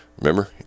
remember